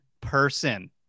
person